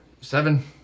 Seven